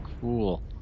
cool